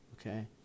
okay